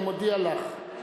אני מודיע לך.